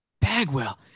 Bagwell